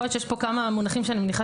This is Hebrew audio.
יכול להיות שיש כאן כמה מונחים שאני מניחה